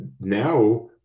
now